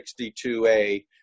62A